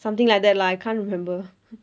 something like that lah I can't remember